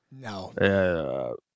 no